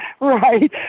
Right